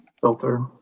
filter